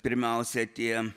pirmiausia tie